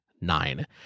nine